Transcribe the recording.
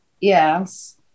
Yes